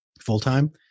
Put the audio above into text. full-time